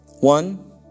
One